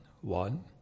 one